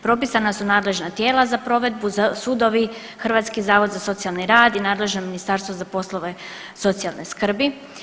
Propisana su nadležna tijela za provedbu, sudovi, Hrvatski zavod za socijalni rad i nadležno ministarstvo za poslove socijalne skrbi.